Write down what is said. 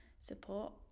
support